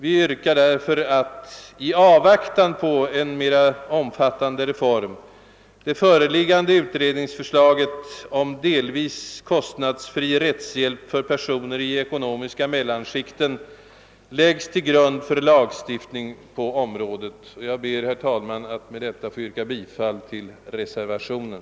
Vi yrkar därför, att i avvaktan på en mer omfattande reform det föreliggande utredningsförslaget om delvis kostnadsfri rättshjälp för personer i de ekonomiska mellanskikten redan nu läggs till grund för lagstiftning på området. Jag ber, herr talman, att få yrka bifall till reservationen.